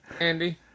Andy